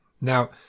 Now